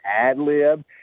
ad-lib